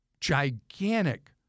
gigantic